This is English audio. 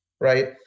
right